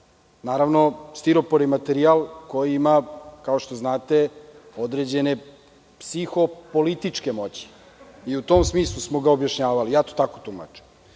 Naravno, stiropor je materijal koji ima, kao što znate, određene psihopolitičke moći i u tom smislu smo ga objašnjavali. Ja to tako